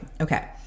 Okay